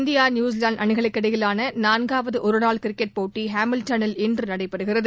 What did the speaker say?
India New Zealand அணிகளுக்கு இடையிலான நான்காவது ஒருநாள் கிரிக்கெட் போட்டி ஹாமில்டனில் இன்று நடைபெறுகிறது